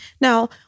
Now